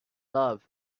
love